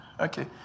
okay